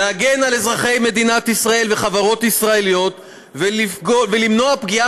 להגן על אזרחי מדינת ישראל וחברות ישראליות ולמנוע פגיעה